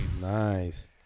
nice